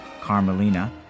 Carmelina